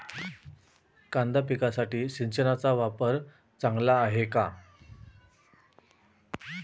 कांदा पिकासाठी सिंचनाचा वापर चांगला आहे का?